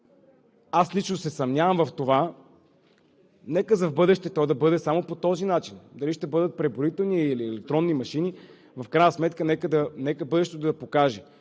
че лично се съмнявам в това, нека в бъдеще да бъде само по този начин. Дали ще бъдат преброителни, или електронни машини, в крайна сметка нека бъдещето да покаже.